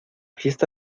fiesta